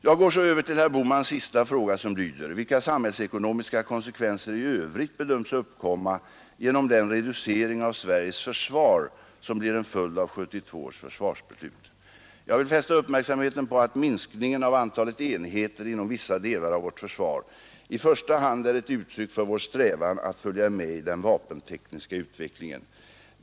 Jag går så över till herr Bohmans sista fråga som lyder: ”Vilka samhällsekonomiska konsekvenser i övrigt bedöms uppkomma genom den reducering av Sveriges försvar som blir en följd av 1972 års försvarsbeslut?” Jag vill fästa uppmärksamheten på att minskningen av antalet enheter inom vissa delar av vårt försvar i första hand är ett uttryck för vår strävan att följa med i den vapentekniska utvecklingen.